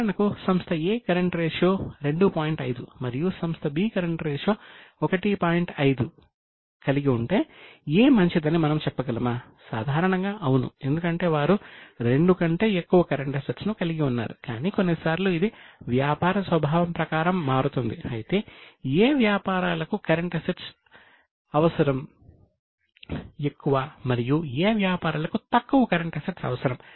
ఉదాహరణకు సంస్థ A current ratio అవసరం